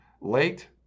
late